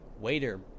Waiter